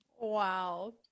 Wow